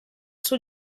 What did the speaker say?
suo